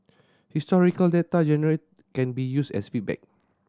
historical data generated can be used as feedback